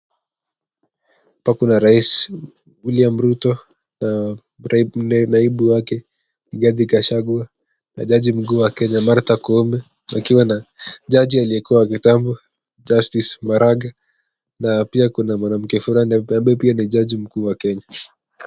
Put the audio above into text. Hapa kuna rais William Ruto na naibu wake Rigathi Gachagu na jaji mkuu wa Kenya Martha Koome wakiwa na jaji aliyekuwa wa kitambo Justice Maraga na pia kuna mwanamke fulani ambaye pia ni jaji mkuu wa Kenya.